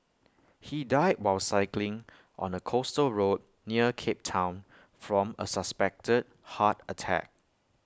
he died while cycling on A coastal road near cape Town from A suspected heart attack